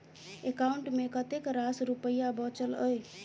account मे कतेक रास रुपया बचल एई